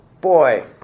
boy